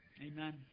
Amen